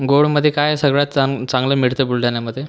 गोडमध्ये काय सवळ्यात चांग चांगलं मिळतं बुलढाण्यामध्ये